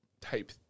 type